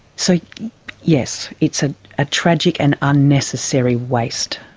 so yes, it's a ah tragic and unnecessary waste.